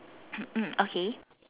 okay